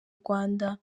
rwanda